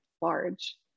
large